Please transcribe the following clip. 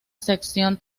sección